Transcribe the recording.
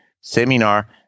seminar